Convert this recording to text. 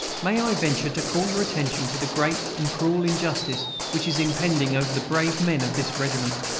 may i venture to call your attention to the great and cruel injustice which is impending over the brave men of this regiment?